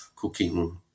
cooking